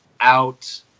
out